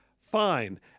fine